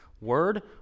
Word